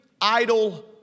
idle